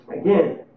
again